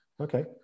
Okay